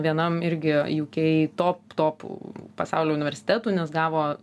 vienam irgi jūkei top topų pasaulio universitetų nes gavo